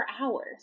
hours